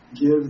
give